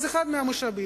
אז אחד מהמשאבים,